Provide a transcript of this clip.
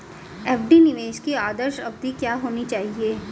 FD निवेश की आदर्श अवधि क्या होनी चाहिए?